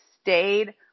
stayed